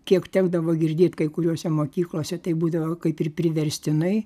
kiek tekdavo girdėt kai kuriose mokyklose tai būdavo kaip ir priverstinai